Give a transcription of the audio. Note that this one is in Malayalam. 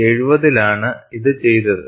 1970 ലാണ് ഇത് ചെയ്തത്